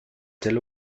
tel